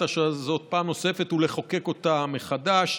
השעה הזאת פעם נוספת ולחוקק אותה מחדש.